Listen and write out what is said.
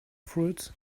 fruits